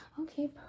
Okay